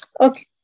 Okay